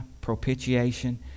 propitiation